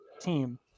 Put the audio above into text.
team